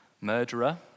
murderer